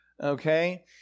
okay